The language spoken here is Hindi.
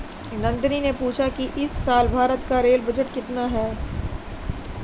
नंदनी ने पूछा कि इस साल भारत का रेल बजट कितने का है?